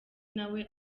nawe